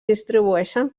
distribueixen